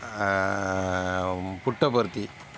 Puttaparthi